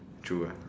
true ah